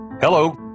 Hello